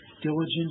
diligent